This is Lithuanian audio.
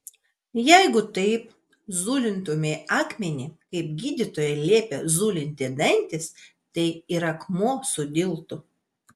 jeigu taip zulintumei akmenį kaip gydytojai liepia zulinti dantis tai ir akmuo sudiltų